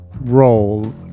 role